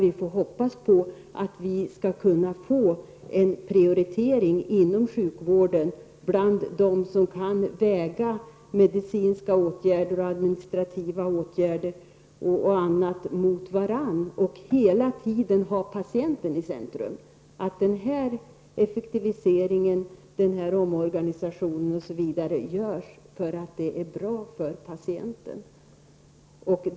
Vi får hoppas att vi får en prioritering inom sjukvården, bland dem som kan väga medicinska åtgärder, administrativa åtgärder och annat mot varandra medan man hela tiden har patienten i centrum, så att effektiviseringen och omorganisationen görs för att den är bra för patienten.